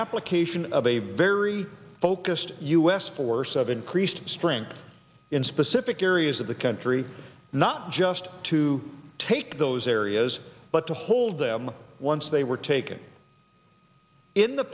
application of a very focused u s force of increased strength in specific areas of the country not just to take those areas but to hold them once they were taken in the